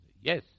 yes